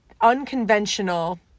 unconventional